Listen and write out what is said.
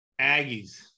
Aggies